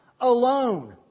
alone